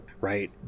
right